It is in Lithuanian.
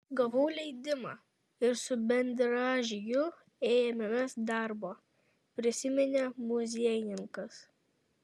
gavau leidimą ir su bendražygiu ėmėmės darbo prisiminė muziejininkas